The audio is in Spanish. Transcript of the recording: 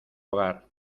hogar